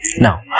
now